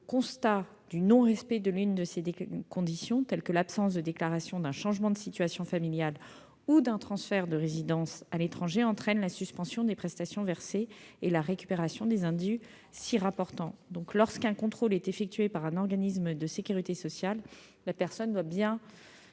France. Le non-respect de l'une de ces conditions, par exemple l'absence de déclaration d'un changement de situation familiale ou d'un transfert de résidence à l'étranger, entraîne la suspension des prestations versées et la récupération des indus s'y rapportant. Lorsqu'un contrôle est effectué par un organisme de sécurité sociale, la personne doit bien